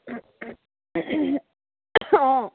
অঁ